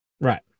Right